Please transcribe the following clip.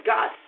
God